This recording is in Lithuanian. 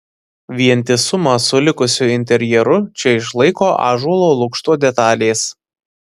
vientisumą su likusiu interjeru čia išlaiko ąžuolo lukšto detalės